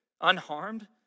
unharmed